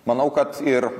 manau kad ir